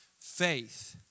faith